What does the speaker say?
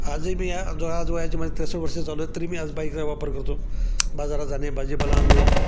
आजही मी जो आज वयाचे माझे त्रेसष्ट वर्षं चालू आहेत तरी मी आज बाईकचा वापर करतो बाजारात जाणे भाजीपाला आणणे